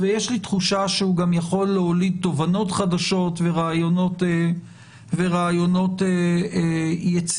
יש לי תחושה שהוא יכול להוליד תובנות חדשות ורעיונות יצירתיים.